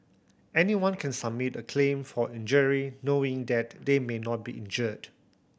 anyone can submit a claim for injury knowing that they may not be injured